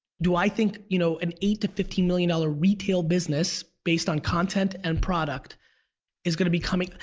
do i think you know an eight to fifteen million dollar retail business based on content and product is gonna be coming?